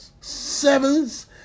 sevens